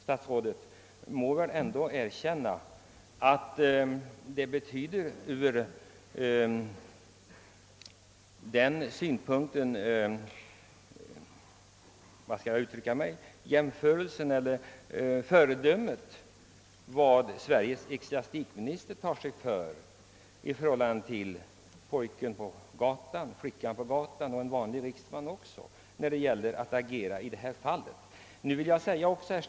Statsrådet måste väl ändå begripa att Sveriges ecklesiastikministers agerande betyder mycket mer som föredöme än vad de nämnda människotyperna gör.